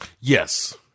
Yes